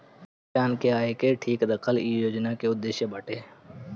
किसान के आय के ठीक रखल इ योजना के उद्देश्य बाटे